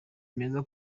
meza